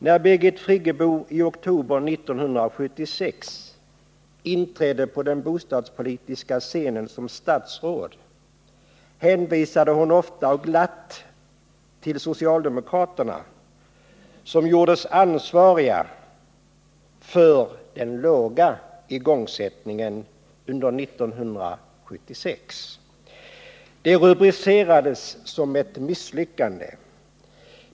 När Birgit Friggebo i oktober 1976 inträdde på den bostadspolitiska scenen som statsråd hänvisade hon ofta och glatt till socialdemokraterna, som gjordes ansvariga för den låga igångsättningen under 1976. Den socialdemokratiska bostadspolitiken rubricerades som ett misslyckande.